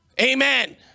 Amen